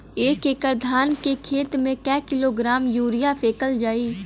एक एकड़ धान के खेत में क किलोग्राम यूरिया फैकल जाई?